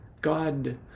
God